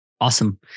Awesome